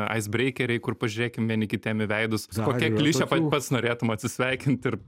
ais breikeriai kur pažiūrėkim vieni kitiem į veidus kokia kliše pa pats norėtum atsisveikint ir